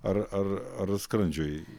ar ar ar skrandžiui